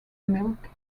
milk